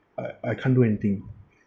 I I can't do anything